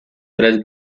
tres